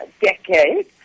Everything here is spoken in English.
decade